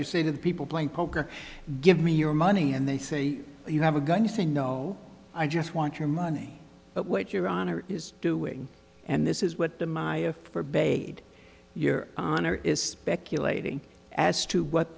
you say to the people playing poker give me your money and they say you have a gun you saying no i just want your money but what your honor is doing and this is what the my forbade your honor is speculating as to what